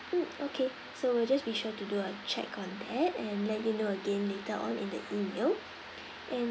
mm okay so we'll just be sure to do a check on that and let you know again later on in the email and